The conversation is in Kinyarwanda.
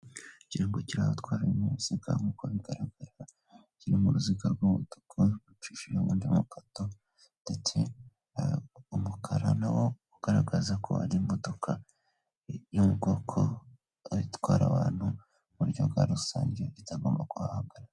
Ikigo kirazatwara ibinyabiziga nkuko'uko bigaragara kiririmo ruziga rw'umutakaku rucishijemo demokato ndetse umukara nawo ugaragaza ko ari imodoka y'bwoko itwara abantu mu buryo bwa rusange itagomba kuhagaragara.